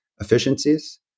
efficiencies